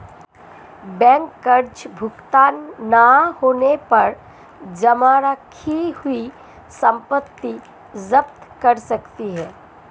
bank कर्ज भुगतान न होने पर जमा रखी हुई संपत्ति जप्त कर सकती है